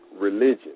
religion